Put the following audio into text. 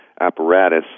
apparatus